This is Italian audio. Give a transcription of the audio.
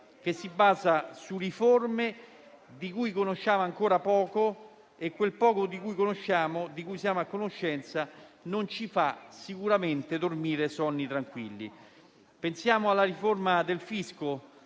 che si basa su riforme di cui conosciamo ancora poco e quel poco di cui siamo a conoscenza non ci fa sicuramente dormire sonni tranquilli. Pensiamo alla riforma del fisco,